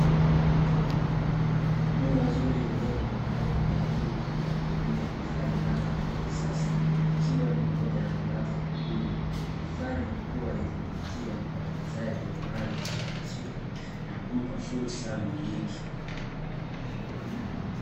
Nyumba nzuri iliojengwa kwa viwango vya juu, kwa kutumia vifaa imara na vya kisasa, ikiwa ni pamoja na mabati ya kudumu, na kufanya kuwa yenye kuvutia kwa wawekezaji wa mali zisizo hamishika na kumpa fursa mmiliki.